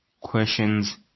questions